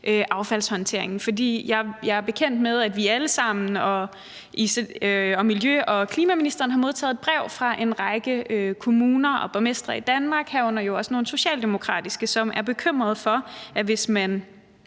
affaldshåndteringen. For jeg er bekendt med, at vi alle sammen og også miljø- og klimaministeren har modtaget et brev fra en række kommuner og borgmestre i Danmark, herunder jo også nogle socialdemokratiske, som er bekymret for, at det, hvis man